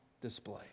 display